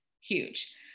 huge